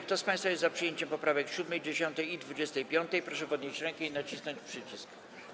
Kto z państwa jest za przyjęciem poprawek 7., 10. i 25., proszę podnieść rękę i nacisnąć przycisk.